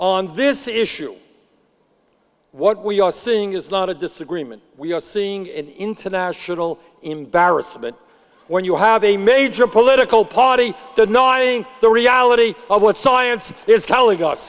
on this issue what we are seeing is not a disagreement we are seeing in international embarrassment when you have a major political party the knowing the reality of what science is telling us